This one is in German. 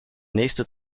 nächste